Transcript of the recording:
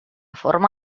forma